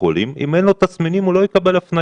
חולים אם אין לו תסמינים הוא לא יקבל הפניה,